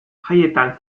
jaietan